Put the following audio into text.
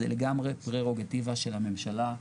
זה לגמרי פררוגטיבה של הממשלה,